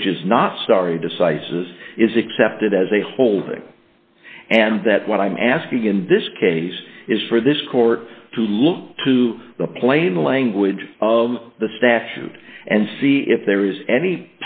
which is not sorry decisis is accepted as a holding and that what i'm asking in this case is for this court to look to the plain language of the statute and see if there is any